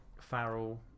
Farrell